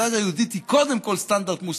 הדת היהודית היא קודם כול סטנדרט מוסרי.